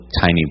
tiny